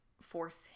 force